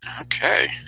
Okay